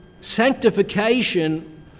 sanctification